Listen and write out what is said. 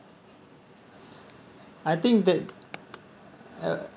I think that uh